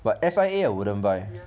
but S_I_A I wouldn't buy